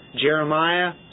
Jeremiah